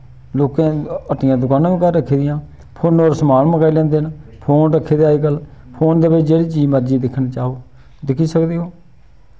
लोकें हट्टियां दकानां बी घर रक्खी दियां फोनै पर समान मंगाई लैंदे न फोन रक्खे दे अजकल फोन दे बिच जेह्ड़ी चीज मर्जी दिक्खन चाहो दिक्खी सकदे ओ